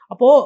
Apo